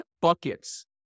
buckets